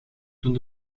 toen